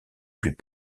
plus